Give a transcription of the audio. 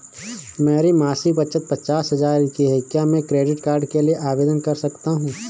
मेरी मासिक बचत पचास हजार की है क्या मैं क्रेडिट कार्ड के लिए आवेदन कर सकता हूँ?